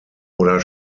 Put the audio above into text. oder